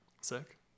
Sick